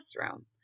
classroom